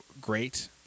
Great